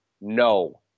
No